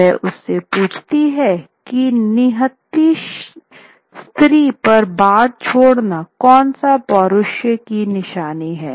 वह उससे पूछती है की निहत्थी स्त्री पर बाढ़ छोड़ना कौन से पौरुष की निशानी है